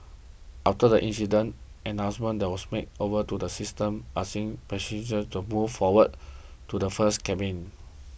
after the incident an announcement was made over to the systems asking for passengers to move forward to the first cabin